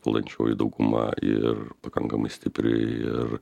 valdančioji dauguma ir pakankamai stipri ir